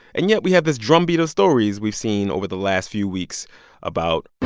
and yet we have this drumbeat of stories we've seen over the last few weeks about.